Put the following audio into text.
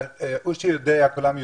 הוא שיודע, כולנו יודעים.